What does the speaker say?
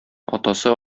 атасы